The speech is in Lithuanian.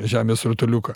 žemės rutuliuką